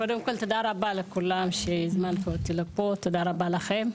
קודם כל תודה רבה שהזמנתם אותי לפה, תודה רבה לכם.